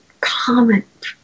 comment